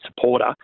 supporter